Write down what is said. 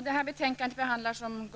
Herr talman! I det här betänkandet behandlas som